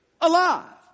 alive